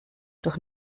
doch